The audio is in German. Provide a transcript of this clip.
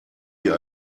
wir